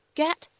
get